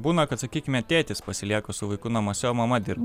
būna kad sakykime tėtis pasilieka su vaiku namuose o mama dirba